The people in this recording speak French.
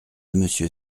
monsieur